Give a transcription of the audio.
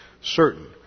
certain